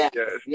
yes